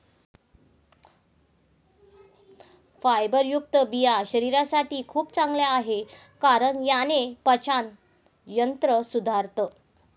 फायबरयुक्त बिया शरीरासाठी खूप चांगल्या आहे, कारण याने पाचन तंत्र सुधारतं